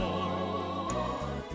Lord